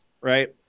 right